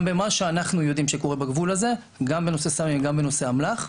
במה שאנחנו יודעים שקורה בגבול הזה גם בנושא סמים גם בנושא אמל"ח.